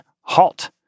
HALT